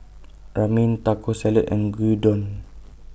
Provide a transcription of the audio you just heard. Ramen Taco Salad and Gyudon